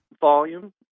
Volume